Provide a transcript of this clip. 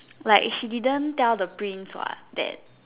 like she didn't tell the prince what that